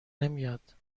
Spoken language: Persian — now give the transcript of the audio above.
نمیاد